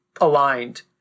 aligned